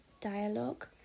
dialogue